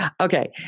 okay